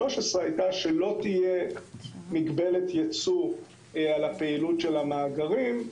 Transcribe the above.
הייתה שלא תהיה מגבלת ייצוא על הפעילות של המאגרים,